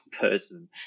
person